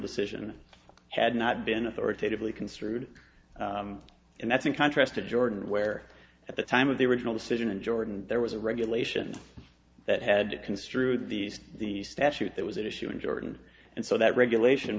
decision had not been authoritatively construed and that's in contrast to jordan where at the time of the original decision in jordan there was a regulation that had construed the the statute that was at issue in jordan and so that regulation